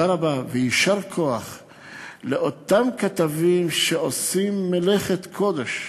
רבה ויישר כוח לאותם כתבים שעושים מלאכת קודש